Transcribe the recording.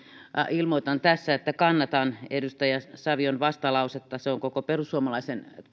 ilmoitan tässä että kannatan edustaja savion vastalausetta se on koko perussuomalaisen